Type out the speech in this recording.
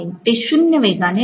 ते शून्य वेगाने आहे